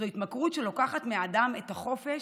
זו התמכרות שלוקחת מאדם את החופש,